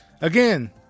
again